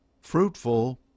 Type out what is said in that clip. fruitful